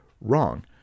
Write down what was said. wrong